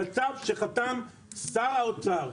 וצו שחתם שר האוצר,